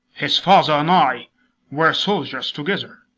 his father and i were soldiers together,